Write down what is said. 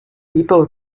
people